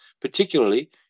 particularly